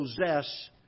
possess